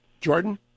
Jordan